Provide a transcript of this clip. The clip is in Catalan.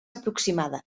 aproximada